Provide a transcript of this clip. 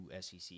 SEC